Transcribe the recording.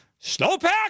Snowpack